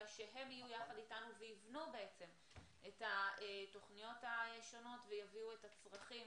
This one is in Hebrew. אלא שהם יהיו יחד איתנו ויבנו את התוכניות השונות ויביאו את הצרכים